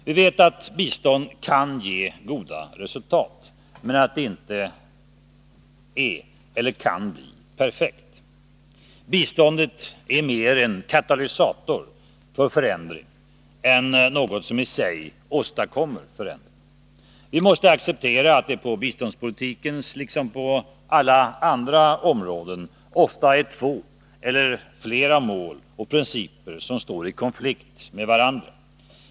Vi vet att bistånd kan ge goda resultat men att det inte är eller kan bli perfekt. Biståndet är mer en katalysator för förändring än något som i sig åstadkommer förändring. Vi måste acceptera att det på biståndspolitikens område liksom på alla andra områden ofta är två eller flera mål och principer som står i konflikt med varandra.